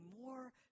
more